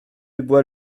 bois